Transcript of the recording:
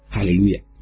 Hallelujah